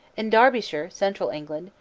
in derbyshire, central england,